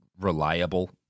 reliable